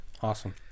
Awesome